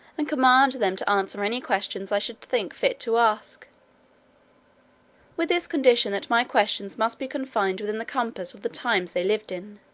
and command them to answer any questions i should think fit to ask with this condition, that my questions must be confined within the compass of the times they lived in.